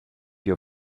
your